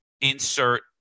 insert